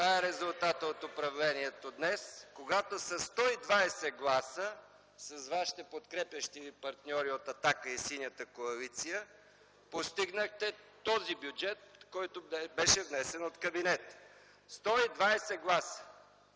е резултатът от управлението днес – когато със 120 гласа, с вашите подкрепящи ви партньора от „Атака” и Синята коалиция, постигнахте този бюджет, който беше внесен от кабинета.